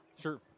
Sure